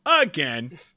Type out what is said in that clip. again